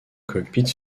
cockpit